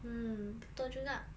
mm betul juga